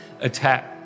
attack